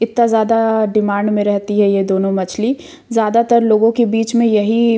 इतना ज़्यादा डिमांड में रहती है यह दोनों मछली ज़्यादातर लोगों के बीच में यही